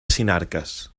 sinarques